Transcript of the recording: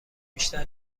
بیشتر